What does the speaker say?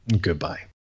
goodbye